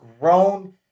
grown